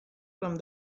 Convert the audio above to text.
from